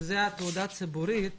שזו התעודה הציבורית